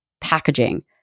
packaging